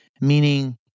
Meaning